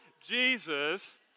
Jesus